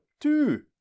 two